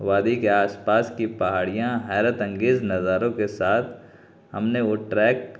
وادی کے آس پاس کی پہاڑیاں حیرت انگیز نظاروں کے ساتھ ہم نے وہ ٹریک